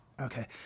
Okay